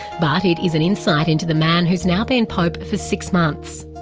but it is an insight into the man who has now been pope for six months.